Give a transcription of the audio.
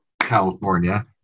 california